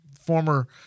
former